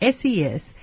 SES